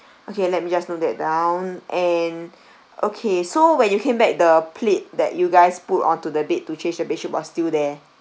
okay let me just note that down and okay so when you came back the plate that you guys put on to the bed to change the bedsheet was still there